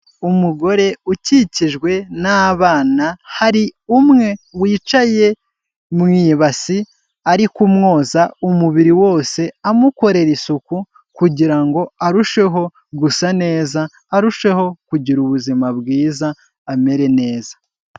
Umugore ukikijwe n'abana hari umwe wicaye mu ibasi ariko kumwoza umubiri wose, amukorera isuku kugira ngo arusheho gusa neza, arusheho kugira ubuzima bwiza amere neza.